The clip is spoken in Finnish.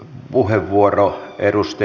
arvoisa puhemies